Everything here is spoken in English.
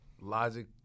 Logic